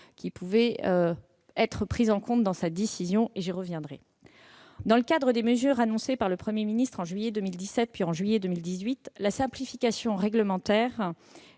qui pouvaient être pris en compte dans sa décision ; j'y reviendrai. Dans le cadre des mesures annoncées par le Premier ministre en juillet 2017 puis en juillet 2018, la simplification réglementaire